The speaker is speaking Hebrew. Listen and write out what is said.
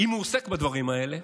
אם הוא עוסק בדברים האלה,